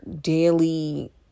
daily